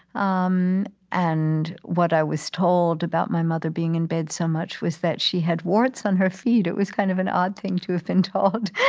um and what i was told about my mother being in bed so much was that she had warts on her feet. it was kind of an odd thing to have been told.